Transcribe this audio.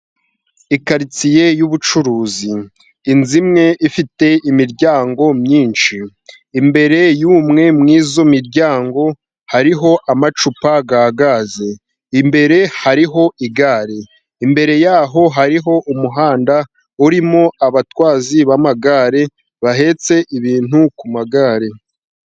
Ikaritsiye y'ubucuruzi ,inzu imwe ifite imiryango myinshi. Imbere y'umwe muri iyo miryango hariho amacupa ya gaze ,imbere hari igare, imbere yaho hari umuhanda urimo abatwazi b'amagare, bahetse ibintu ku magare.